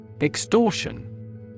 Extortion